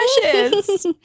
precious